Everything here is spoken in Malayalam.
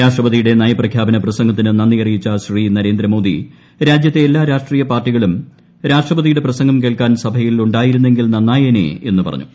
രാഷ്ട്രപതിയുടെ നയപ്രഖ്യാപന പ്രസംഗത്തിന് നന്ദി അറിയിച്ച ശ്രീ നരേന്ദ്രമോദി രാജ്യത്തെ എല്ലാ രാഷ്ട്രീയ പാർട്ടികളും രാഷ്ട്രപതിയുടെ പ്രസംഗം കേൾക്കാൻ സഭയിൽ ഉണ്ടായിരുന്നെങ്കിൽ നന്നായേനെ എന്ന് പറഞ്ഞു